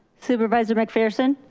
supervisor mcpherson?